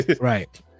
right